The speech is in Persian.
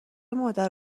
مادر